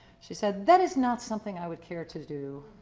she said, that is not something i would care to do.